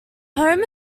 home